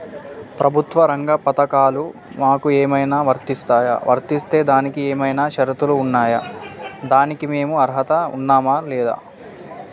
ప్రభుత్వ రంగ పథకాలు మాకు ఏమైనా వర్తిస్తాయా? వర్తిస్తే దానికి ఏమైనా షరతులు ఉన్నాయా? దానికి మేము అర్హత ఉన్నామా లేదా?